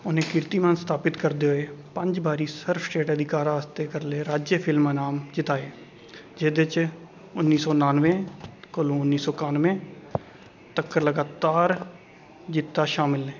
उ'नें कीर्तिमान स्थापत करदे होई पंज बारी सर्वस्रेश्ठ अदाकारा आस्तै केरल राज्य फिल्म नाम जिताए जेह्दे च उन्नी सौ नानवैं कोलू उन्नी सौ कानवैं तक्कर लगातार जित्तां शामल न